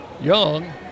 Young